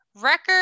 record